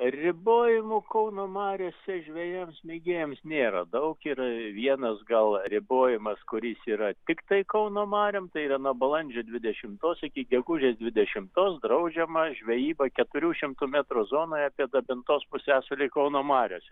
ribojimų kauno mariose žvejams mėgėjams nėra daug ir vienas gal ribojimas kuris yra tiktai kauno mariom tai yra nuo balandžio dvidešimtos iki gegužės dvidešimtos draudžiama žvejyba keturių šimtų metrų zonoje apie dabintos pusiasalį kauno mariose